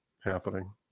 happening